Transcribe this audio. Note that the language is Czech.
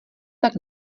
tak